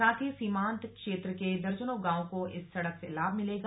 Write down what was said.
साथ ही सीमांत क्षेत्र के दर्जनों गांवों को इस सड़क से लाभ मिलेगा